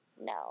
No